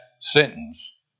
sentence